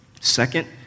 Second